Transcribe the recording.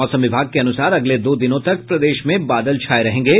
मौसम विभाग के अनुसार अगले दो दिनों तक प्रदेश में बादल छाये रहेंगे